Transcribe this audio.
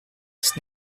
its